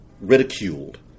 ridiculed